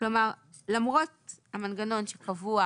כלומר למרות המנגנון שקבוע